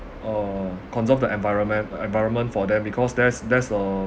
uh conserve the environment environment for them because that's that's a